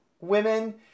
women